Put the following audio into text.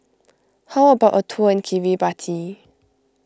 how about a tour in Kiribati